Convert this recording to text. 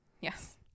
Yes